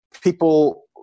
people